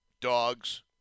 Dogs